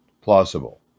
plausible